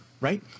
right